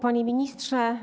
Panie Ministrze!